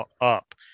up